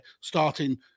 starting